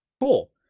cool